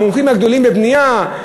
המומחים הגדולים בבנייה,